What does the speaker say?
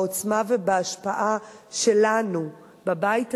בעוצמה ובהשפעה שלנו בבית הזה,